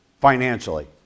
financially